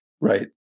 Right